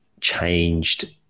changed